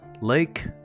Lake